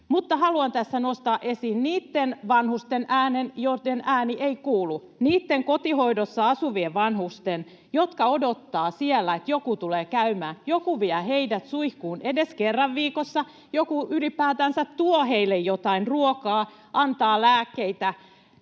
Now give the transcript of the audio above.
Mutta haluan tässä nostaa esiin niitten vanhusten äänen, joitten ääni ei kuulu — niitten kotihoidossa asuvien vanhusten, jotka odottavat siellä, että joku tulee käymään, joku vie heidät suihkuun edes kerran viikossa, joku ylipäätänsä tuo heille jotain ruokaa, antaa lääkkeitä.